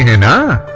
and